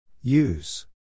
use